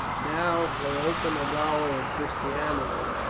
now her open avowal of christianity,